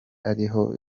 ariho